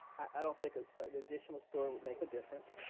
i don't think ah ah an additional story would make a difference,